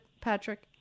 Patrick